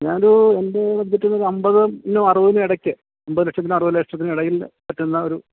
ഞാനൊരു എൻ്റെ ബഡ്ജറ്റെന്ന് ഒരമ്പതിനും അറുപതിനും ഇടയ്ക്ക് അമ്പത് ലക്ഷത്തിനും അറുപത് ലക്ഷത്തിനും ഇടയിൽ പറ്റുന്ന ഒരു